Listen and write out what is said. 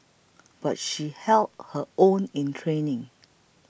but she held her own in training